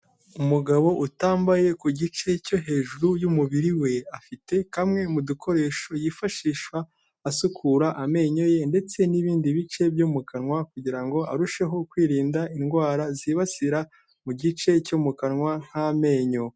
Umugabo utambaye ku gice cyo hejuru y'umubiri we, afite kamwe mu dukoresho yifashisha asukura amenyo ye, ndetse n'ibindi bice byo mu kanwa kugirango arusheho kwirinda indwara zibasira mu gice cyo mu kanwa nk'amenyo.